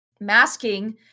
Masking